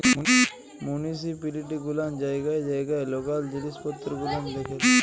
municipality গুলান জায়গায় জায়গায় লকাল জিলিস পত্তর গুলান দেখেল